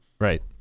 Right